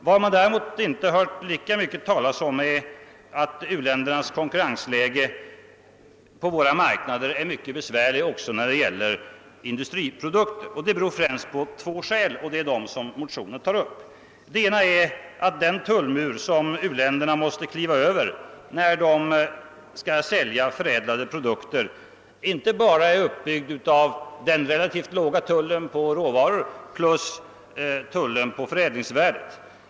Vad man däremot inte hört talas om lika mycket är att u-ländernas konkurrensläge på våra marknader är mycket besvärligt också i fråga om industriprodukter, vilket främst har två orsaker som också tagits upp i motionen. Den ena är att den tullmur som uländerna måste kliva över när de skall sälja förädlade produkter inte bara är uppbyggd av den relativt låga tullen på råvaror jämte tullen på förädlingsvärdet.